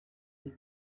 and